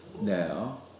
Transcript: now